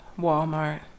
Walmart